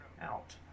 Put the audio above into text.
out